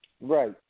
Right